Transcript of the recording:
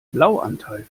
blauanteil